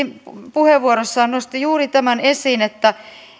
puheenvuorossaan nosti juuri tämän esiin että